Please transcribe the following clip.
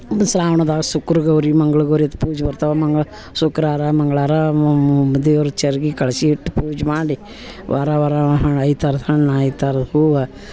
ಶ್ರಾವಣದ ಶುಕ್ರ್ ಗೌರಿ ಮಂಗಳ ಗೌರಿದು ಪೂಜೆ ಬರ್ತವೆ ಮಂಗಳ ಶುಕ್ರಾರ ಮಂಗ್ಳವಾರ ದೇವ್ರ ಚರ್ಗೆ ಕಳ್ಸ ಇಟ್ಟು ಪೂಜೆ ಮಾಡಿ ವಾರ ವಾರ ಐದು ಥರದ ಹಣ್ಣು ಐದು ಥರದ ಹೂವು